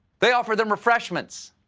they offered them refreshments.